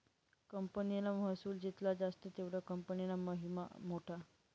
कंपनीना महसुल जित्ला जास्त तेवढा कंपनीना महिमा मोठा